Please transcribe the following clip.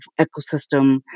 ecosystem